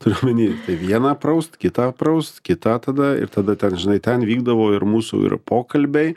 turiu omeny vieną praust kitą praust kitą tada ir tada ten žinai ten vykdavo ir mūsų ir pokalbiai